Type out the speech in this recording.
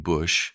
Bush